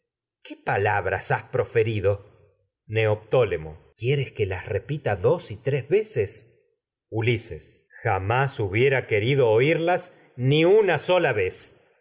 qué palabras proferido neoptólemo veces ulises sola quieres que las repita dos y tres jamás hubiera querido oírlas ni una vez